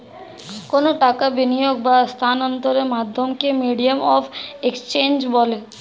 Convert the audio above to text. কোনো টাকার বিনিয়োগ বা স্থানান্তরের মাধ্যমকে মিডিয়াম অফ এক্সচেঞ্জ বলে